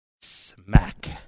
Smack